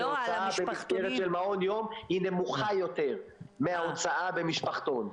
שהוצאה במסגרת של מעון יום נמוכה יותר מהוצאה במשפחתון.